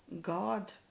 God